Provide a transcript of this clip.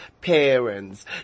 parents